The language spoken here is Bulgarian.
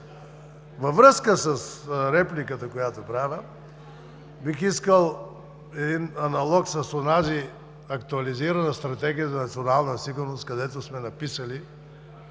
Във връзка с репликата, която правя, бих искал един аналог с онази актуализирана Стратегия за национална сигурност, където сме написали